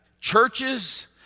churches